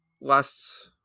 last